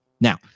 Now